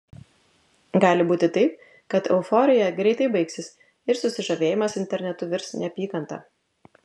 gali būti taip kad euforija greitai baigsis ir susižavėjimas internetu virs neapykanta